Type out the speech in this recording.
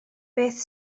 beth